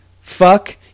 Fuck